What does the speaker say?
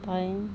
hmm